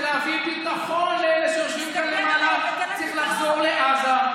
להביא ביטחון לאלה שיושבים כאן למעלה צריך לחזור לעזה,